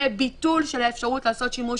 וביטול של האפשרות לעשות שימוש